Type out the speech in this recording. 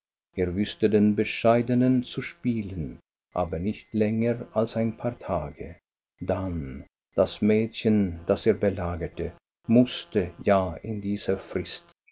er wußte den bescheidenen zu spielen aber nicht länger als ein paar tage dann das mädchen das er belagerte mußte ja in dieser frist